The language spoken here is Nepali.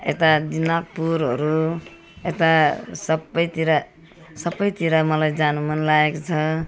यता दिनाजपुरहरू यता सबैतिर सबैतिर मलाई जानु मन लागेको छ